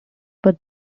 put